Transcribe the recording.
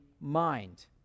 mind